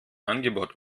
angebot